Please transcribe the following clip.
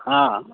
हा